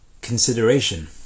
consideration